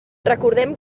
recordem